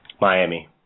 Miami